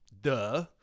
duh